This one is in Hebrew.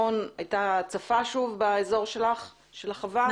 הייתה הצפה שוב באזור של החווה שלך.